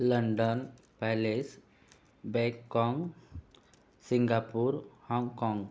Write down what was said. London Paris Bangkok Singapore Hong Kong